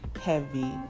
heavy